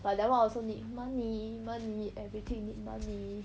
but that [one] also need money money everything you need money